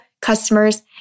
customers